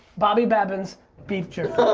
bobby babbin's beef jerkey.